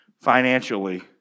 financially